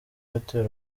hotel